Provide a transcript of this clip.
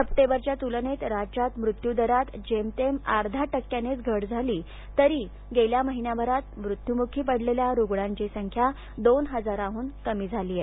सप्टेंबरच्या तूलनेत राज्यात मृत्यू दरात जेमतेम अर्धा टक्क्यानेच घट झाली असली तरी गेल्या महिनाभरात मृत्युमुखी पडलेल्या रुग्णांची संख्या दोन हजारांहून कमी आहे